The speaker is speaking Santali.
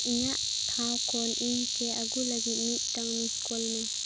ᱤᱧᱟᱹᱜ ᱴᱷᱟᱶ ᱠᱷᱚᱱ ᱤᱧ ᱠᱮ ᱟᱹᱜᱩ ᱞᱟᱹᱜᱤᱫ ᱢᱤᱫ ᱴᱟᱝ ᱢᱤᱥᱠᱚᱞ ᱢᱮ